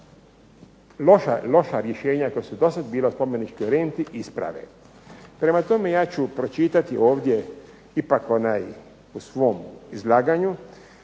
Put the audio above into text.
pa i loša rješenja koja su do sad bila u spomeničkoj renti isprave. Prema tome, ja ću pročitati ovdje ipak u svom izlaganju